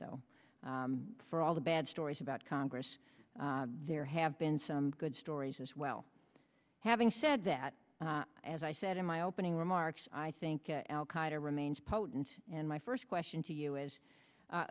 so for all the bad stories about congress there have been some good stories as well having said that as i said in my opening remarks i think al qaeda remains potent and my first question to you is